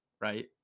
right